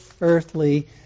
earthly